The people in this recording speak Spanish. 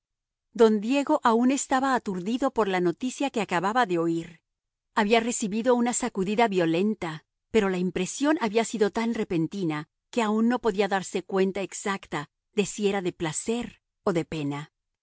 don diego aun estaba aturdido por la noticia que acababa de oír había recibido una sacudida violenta pero la impresión había sido tan repentina que aun no podía darse cuenta exacta de si era de placer o de pena